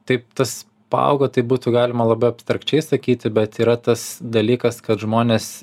taip tas paaugo taip būtų galima labai abstrakčiai sakyti bet yra tas dalykas kad žmonės